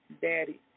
daddy